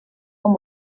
amb